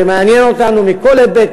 זה מעניין אותנו מכל היבט,